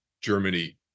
Germany